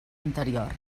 anterior